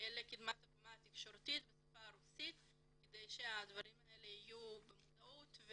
לקדמת הבמה התקשורתית בשפה הרוסית כדי שהדברים האלה יהיו במודעות.